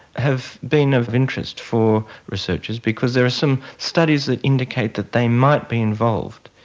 have been of interest for researchers because there are some studies that indicate that they might be involved.